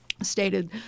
stated